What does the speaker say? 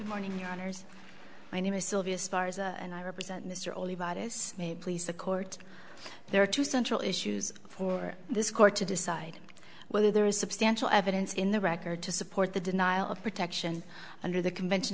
morning your honour's my name is sylvia spars and i represent mr all this may please the court there are two central issues for this court to decide whether there is substantial evidence in the record to support the denial of protection under the convention